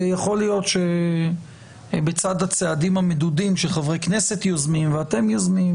ויכול להיות שבצד הצעדים המדודים שחברי כנסת יוזמים ואתם יוזמים,